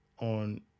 on